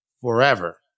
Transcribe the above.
forever